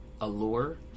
allure